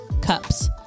cups